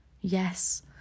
yes